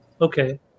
Okay